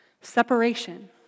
Separation